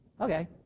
Okay